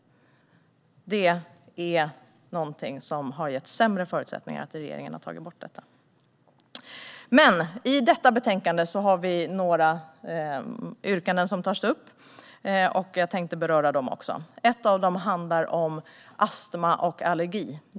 Att regeringen har tagit bort fritidspengen har gett sämre förutsättningar. I detta betänkande har vi några yrkanden, och jag tänkte beröra dem också. Ett av dem handlar om astma och allergi.